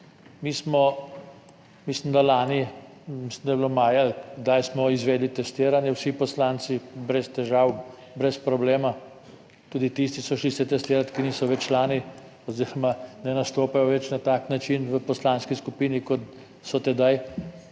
mislim da lani, mislim da je bilo maja, kdaj smo izvedli testiranje, vsi poslanci brez težav, brez problema, tudi tisti so šli se testirati, ki niso več člani oziroma ne nastopajo več na tak način v poslanski skupini, kot so tedaj